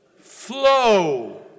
Flow